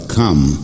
come